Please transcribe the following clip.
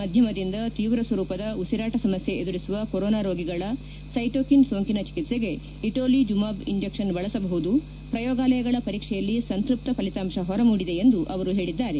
ಮಧ್ಯಮದಿಂದ ತೀವ್ರ ಸ್ವರೂಪದ ಉಸಿರಾಟ ಸಮಸ್ಯೆ ಎದುರಿಸುವ ಕೊರೋನಾ ರೋಗಿಗಳ ಸ್ವೆಟೊಕಿನ್ ಸೋಂಕಿನ ಚಿಕಿತ್ಪೆಗೆ ಇಟೊಲಿಜುಮಾಬ್ ಇಂಜಕ್ಷನ್ ಬಳಸಬಹುದು ಪ್ರಯೋಗಾಲಯಗಳ ಪರೀಕ್ಷೆಯಲ್ಲಿ ಸಂತ್ವಪ್ತ ಫಲಿತಾಂಶ ಹೊರಮೂಡಿದೆ ಎಂದು ಅವರು ಹೇಳಿದ್ದಾರೆ